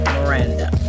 Miranda